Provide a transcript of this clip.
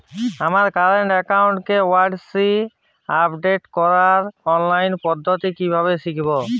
আমার কারেন্ট অ্যাকাউন্টের KYC update করার অনলাইন পদ্ধতি কীভাবে শিখব?